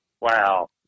Wow